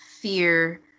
fear